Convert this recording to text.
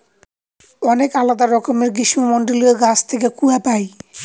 অনেক আলাদা রকমের গ্রীষ্মমন্ডলীয় গাছ থেকে কূয়া পাই